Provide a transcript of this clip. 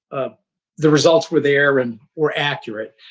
ah the results were there and were accurate.